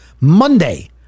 Monday